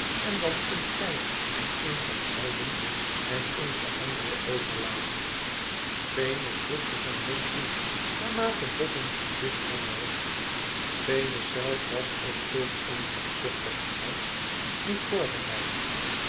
en dan kunt gij er een van houden en ons de andere overlaten venus schroefde zijn mond toe naarmate boffin's gezicht langer werd venus zelf was op zulk een hebzuchtigen eisch niet voorbereid